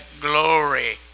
glory